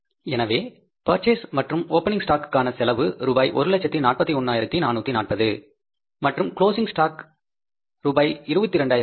எனவே பர்சேஸ் மற்றும் ஒபெநிங் ஸ்டாக்குக்கான செலவு ரூபாய் 141440 மற்றும் க்ளோஸிங் ஷ்டாக் ரூபாய் 22240